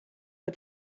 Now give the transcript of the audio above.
had